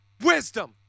Wisdom